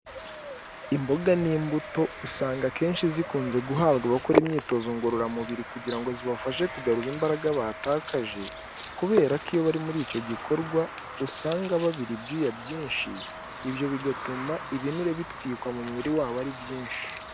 Imboga n'imbuto usanga akenshi zikunze guhabwa abakora imyitozo ngororamubiri kugira ngo zibafashe kugarura imbaraga bataje, kubera ko iyo bari muri icyo gikorwa usanga babira ibyuya byinshi ibyo bigatuma ibinure bitwikwa mubiri wabo ari byinshi.